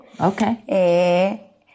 Okay